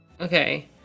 Okay